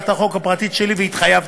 בהצעת החוק הפרטית שלי והתחייבתי